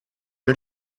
non